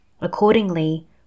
Accordingly